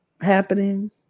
happening